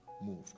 move